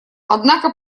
однако